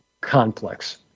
complex